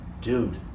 dude